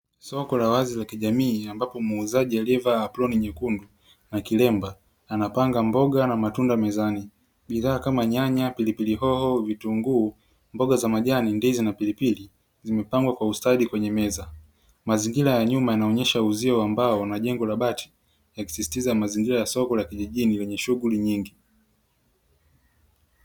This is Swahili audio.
Soko la wazi la kijamii ambapo muuzaji aliyevaa aproni nyekundu na kilemba anapanga mboga na matunda mezani bidhaa kama nyanya, pilipili hoho, vitunguu, mboga za majani ndizi na pilipili, zimepangwa kwa ustadi kwenye meza. Mazingira ya nyuma yanaonyesha uzio wa mbao na jengo la bati kusisitiza mazingira ya soko la kijijini lenye shughuli nyingi.